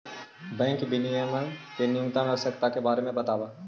bank विनियमन के न्यूनतम आवश्यकता के बारे में बतावऽ